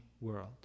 world